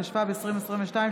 התשפ"ב 2022,